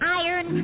iron